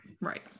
right